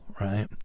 Right